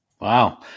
Wow